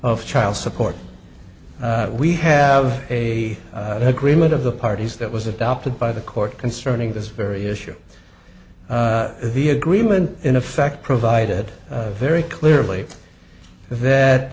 of child support we have a agreement of the parties that was adopted by the court concerning this very issue the agreement in effect provided very clearly that